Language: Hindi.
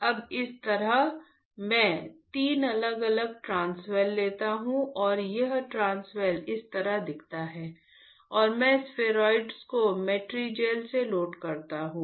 अब इसी तरह मैं 3 अलग अलग ट्रांसवेल लेता हूं और यह ट्रांसवेल इस तरह दिखता है और मैं स्फेरॉइड को मैट्रीगेल से लोड करता हूं